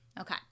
Okay